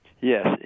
Yes